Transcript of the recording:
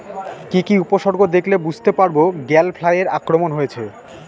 কি কি উপসর্গ দেখলে বুঝতে পারব গ্যাল ফ্লাইয়ের আক্রমণ হয়েছে?